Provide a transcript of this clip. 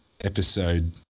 episode